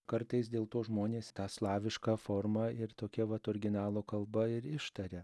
kartais dėl to žmonės tą slavišką formą ir tokią vat originalo kalba ir ištaria